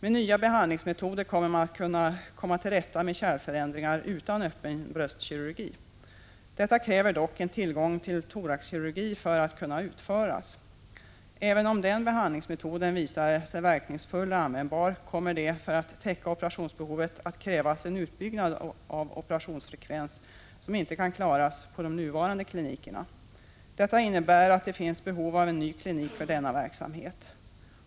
Med nya behandlingsmetoder kommer man att kunna komma till rätta med kärlförändringar utan öppen bröstkirurgi. Detta kräver dock en tillgång till thoraxkirurgi. Även om den behandlingsmetoden visar sig verkningsfull och användbar, kommer det, för att täcka operationsbehovet, att krävas en utbyggnad av operationsfrekvensen som inte kan klaras på de nuvarande klinikerna. Detta innebär att det finns behov av en ny klinik för denna verksamhet.